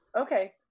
Okay